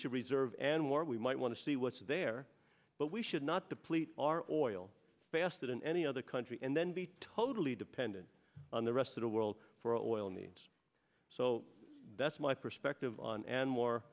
should reserve and where we might want to see what's there but we should not deplete our oil faster than any other country and then be totally dependent on the rest of the world for oil needs so that's my perspective on and more